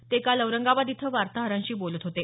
ते काल औरंगाबाद इथं वार्ताहरांशी बोलत होते